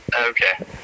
Okay